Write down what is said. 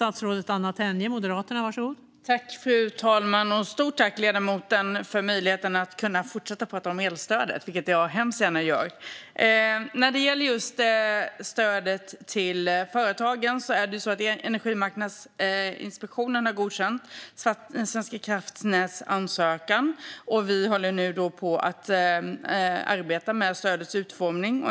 Fru talman! Stort tack, ledamoten, för möjligheten att kunna fortsätta att tala om elstödet, vilket jag hemskt gärna gör. När det gäller stödet till företagen har Energimarknadsinspektionen godkänt Svenska kraftnäts ansökan. Vi håller nu på att arbeta med stödets utformning.